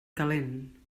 calent